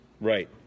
Right